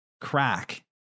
crack